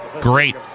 Great